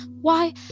Why